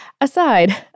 Aside